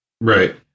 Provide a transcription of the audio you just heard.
Right